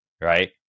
right